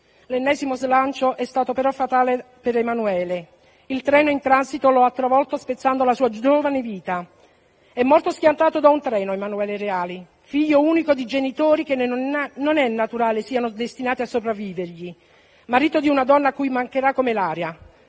L'ennesimo slancio è stato però fatale per Emanuele, il treno in transito lo ha travolto spezzando la sua giovane vita. È morto schiantato da un treno, Emanuele Reali, figlio unico di genitori che non è naturale siano destinati a sopravvivergli, marito di una donna a cui mancherà come l'aria,